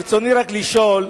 ברצוני רק לשאול,